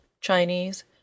Chinese